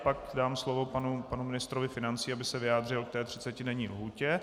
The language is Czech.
Pak dám slovo panu ministrovi financí, aby se vyjádřil ke třicetidenní lhůtě.